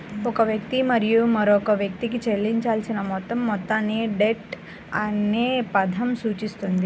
ఒక వ్యక్తి మరియు మరొక వ్యక్తికి చెల్లించాల్సిన మొత్తం మొత్తాన్ని డెట్ అనే పదం సూచిస్తుంది